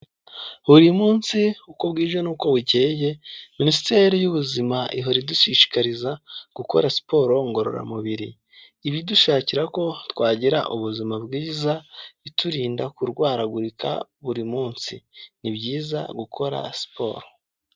Buri munsi uko bwije n'uko bukeye minisiteri y'ubuzima ihora idushishikariza gukora siporo ngororamubiri, ibidushakira ko twagira ubuzima bwiza iturinda kurwaragurika buri munsi, ni byiza gukora siporo.